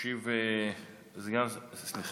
ישיב השר